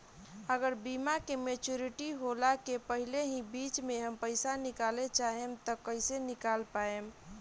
अगर बीमा के मेचूरिटि होला के पहिले ही बीच मे हम पईसा निकाले चाहेम त कइसे निकाल पायेम?